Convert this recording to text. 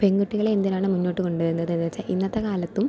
പെൺകുട്ടികളെ എന്തിനാണ് മുന്നോട്ട് കൊണ്ടുവരുന്നതെന്ന് വെച്ചാൽ ഇന്നത്തെ കാലത്തും